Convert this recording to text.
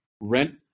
rent